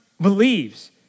believes